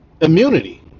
immunity